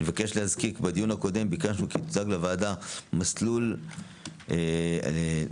אני מבקש להזכיר כי בדיון הקודם ביקשנו שיוצג בוועדה מסלול הלימודים